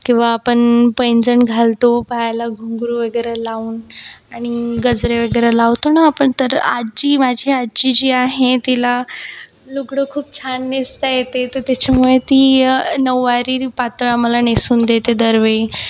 किंवा आपण पैंजण घालतो पायाला घुंगरू वगैरे लावून आणि गजरे वगैरे लावतो ना आपण तर आजी माझी आजी जी आहे तिला लुगडं खूप छान नेसता येते तर त्याच्यामुळे ती नऊवारी पातळ आम्हाला नेसून देते दरवेळी